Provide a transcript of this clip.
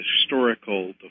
historical